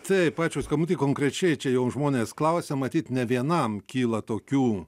taip ačiū už skambutį konkrečiai čia jau žmonės klausia matyt ne vienam kyla tokių